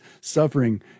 suffering